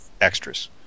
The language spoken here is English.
extras